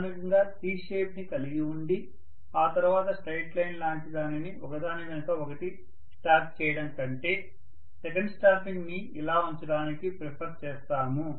ప్రాథమికంగా C shape ని కలిగి ఉండి ఆ తర్వాత స్ట్రెయిట్ లైన్ లాంటి దానిని ఒకదాని వెనుక ఒకటి స్టాక్ చేయడం కంటే సెకండ్ స్టాంపింగ్ ని ఇలా ఉంచడానికి ప్రిఫర్ చేస్తాము